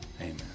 Amen